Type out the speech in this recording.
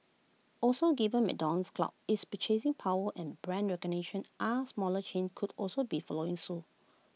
also given McDonald's clout its purchasing power and brand recognition are smaller chains could also be following suit